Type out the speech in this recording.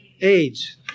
AIDS